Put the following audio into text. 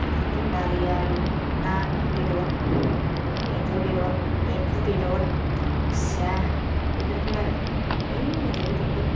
बिदिनो दालि आलु ना बेद'र एन्जर बेदर एम्बु बेदर खुसिया बेफोरखौ आरो ओइ एन्जर बेदरफोर